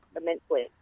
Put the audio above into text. immensely